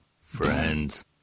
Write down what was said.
friends